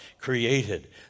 created